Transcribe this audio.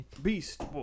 Beast